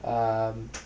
um